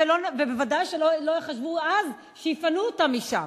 וודאי שלא חשבו אז שיפנו אותם משם.